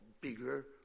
bigger